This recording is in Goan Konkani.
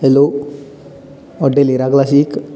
hello hotel Hira classic